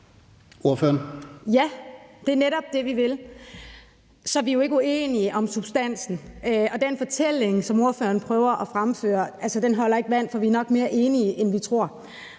Ja, det er netop det, vi vil, så vi er jo ikke uenige om substansen. Og den fortælling, som ordføreren prøver at fremføre, holder ikke vand, for vi er nok mere enige, end vi tror.